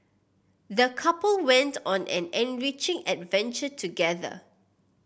the couple went on an enriching adventure together